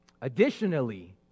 Additionally